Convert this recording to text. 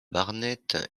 barnett